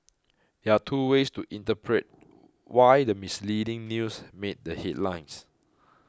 there are two ways to interpret why the misleading news made the headlines